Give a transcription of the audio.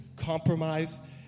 compromise